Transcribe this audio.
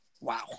Wow